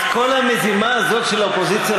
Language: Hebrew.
אז כל המזימה הזאת של האופוזיציה,